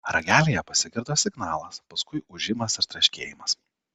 ragelyje pasigirdo signalas paskui ūžimas ir trakštelėjimas